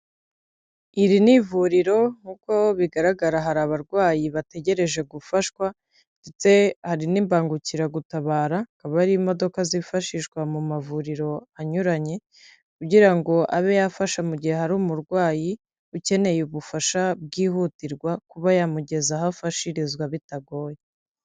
Iri nivuriro nk'uko bigaragara hari abarwayi bategereje gufashwa ndetse hari n'imbangukira gutabaraba akaba ari imodoka zifashishwa mu mavuriro anyuranye, kugira ngo abe yafasha mu gihe hari umurwayi ukeneye ubufasha bwihutirwa kuba yamugeza aho afashirizwa bitagoye.